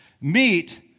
meet